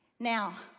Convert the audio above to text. Now